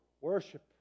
Worship